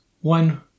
One